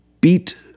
beat